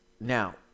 Now